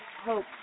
hope